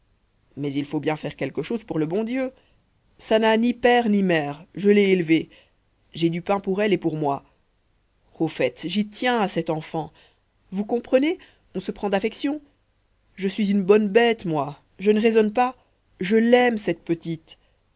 mais il faut bien faire quelque chose pour le bon dieu ça n'a ni père ni mère je l'ai élevée j'ai du pain pour elle et pour moi au fait j'y tiens à cette enfant vous comprenez on se prend d'affection je suis une bonne bête moi je ne raisonne pas je l'aime cette petite